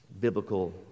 biblical